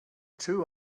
two